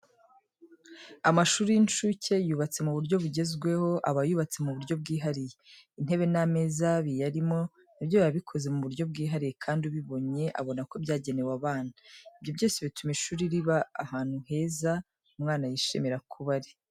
Amashuri y'incuke yubatse mu buryo bugezweho, aba yubatse mu buryo bwihariye. Intebe n'ameza biyarimo nabyo biba bikoze mu buryo bwihariye kandi ubibonye abonako byagenewe abana. Ibi byose bituma ishuri riba ahantu heza umwana yishimira kuba ari.